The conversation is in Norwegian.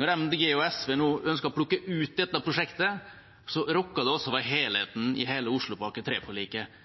Når MDG og SV nå ønsker å plukke ut dette prosjektet, rokker det ved helheten i Oslopakke 3-forliket.